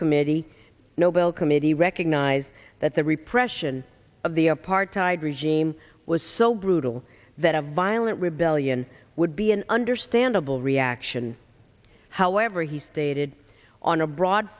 committee nobel committee recognized that the repression of the apartheid regime was so brutal that a violent rebellion would be an understandable reaction however he stated on a broad